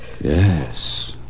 Yes